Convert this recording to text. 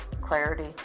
clarity